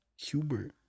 Hubert